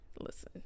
listen